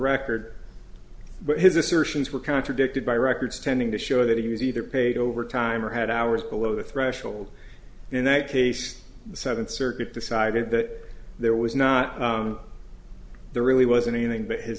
record but his assertions were contradicted by records tending to show that he was either paid overtime or had hours below the threshold in that case the seventh circuit decided that there was not there really was anything but his